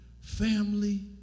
family